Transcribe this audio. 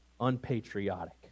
unpatriotic